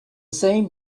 same